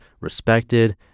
respected